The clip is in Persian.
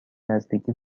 نزدیکی